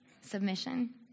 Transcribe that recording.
submission